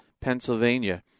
Pennsylvania